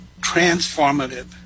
transformative